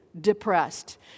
depressed